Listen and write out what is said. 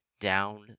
down